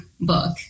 book